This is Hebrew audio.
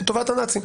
לטובת הנאצים,